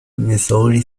missouri